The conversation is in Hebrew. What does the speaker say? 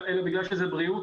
אלא בגלל שזו בריאות